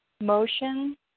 motion